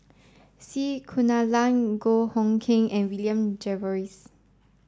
C Kunalan Goh Hood Keng and William Jervois